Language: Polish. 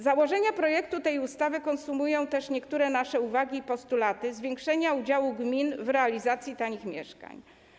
Założenia projektu tej ustawy konsumują też niektóre nasze uwagi i postulaty co do zwiększenia udziału gmin w realizacji tanich mieszkań.